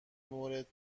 مورد